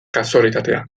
kasualitatea